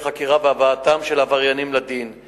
בהר-הזיתים ובהר-המנוחות באותן חמש שנים?